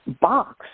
box